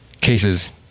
cases